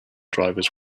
drivers